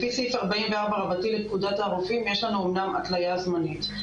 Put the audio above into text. לפי סעיף 44 רבתי לפקודת הרופאים יש לנו אמנם התלייה זמנית.